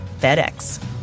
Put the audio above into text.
FedEx